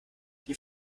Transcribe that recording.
die